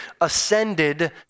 ascended